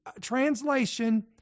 Translation